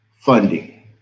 funding